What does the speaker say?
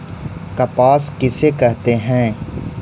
कपास किसे कहते हैं?